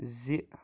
زِ